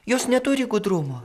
jos neturi gudrumo